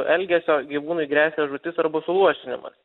elgesio gyvūnui gresia žūtis arba suluošinimas